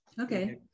okay